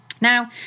Now